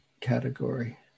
category